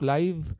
Live